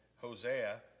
Hosea